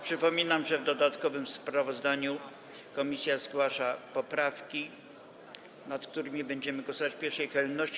Przypominam, że w dodatkowym sprawozdaniu komisja zgłasza poprawki, nad którymi będziemy głosować w pierwszej kolejności.